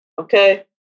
Okay